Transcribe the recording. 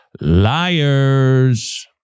liars